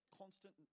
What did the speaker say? constant